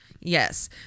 Yes